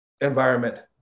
environment